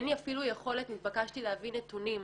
התבקשתי להביא נתונים.